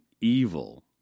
evil